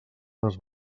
les